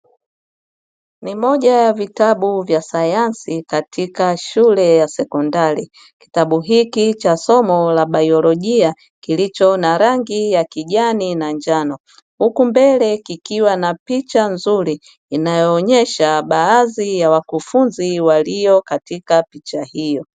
Ni moja ya vitabu vya sayansi katika shule ya sekondari, kitabu hiki cha somo la biolojia kilicho na rangi ya kijani na njano, huku mbele kikiwa na picha nzuri inayoonyesha baadhi ya wakufunzi walio katika picha hiyo.